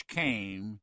came